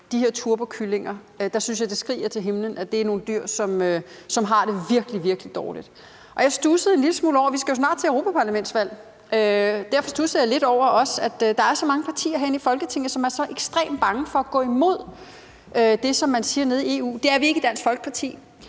de her turbokyllinger, synes jeg, at det er himmelråbende åbenlyst, at det er nogle dyr, som har det virkelig, virkelig dårligt. Vi skal jo snart til europaparlamentsvalg, og derfor studsede jeg lidt over, at der er så mange partier herinde i Folketinget, som er så ekstremt bange for at gå imod det, som man siger nede i EU. Det er vi ikke i Dansk Folkeparti.